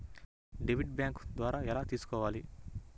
Debit bank ద్వారా ఎలా తీసుకోవాలి?